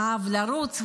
אהב לרוץ,